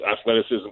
athleticism